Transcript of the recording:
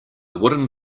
wooden